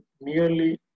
nearly